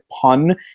pun